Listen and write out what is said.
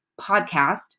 podcast